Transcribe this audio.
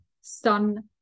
sun